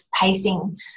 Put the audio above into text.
pacing